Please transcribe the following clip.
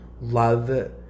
love